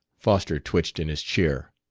foster twitched in his chair.